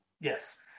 yes